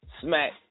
Smack